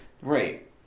Right